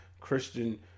Christian